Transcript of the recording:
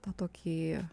tą tokį